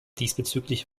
diesbezüglich